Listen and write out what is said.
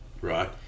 right